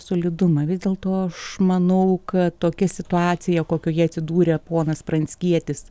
solidumą vis dėlto aš manau kad tokia situacija kokioje atsidūrė ponas pranckietis